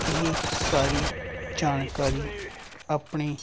ਇਹ ਸਾਰੀ ਜਾਣਕਾਰੀ ਆਪਣੇ